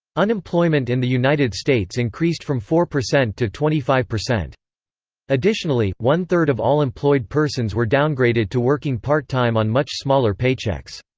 unemployment in the united states increased from four percent to twenty five. additionally, one-third of all employed persons were downgraded to working part-time on much smaller paychecks.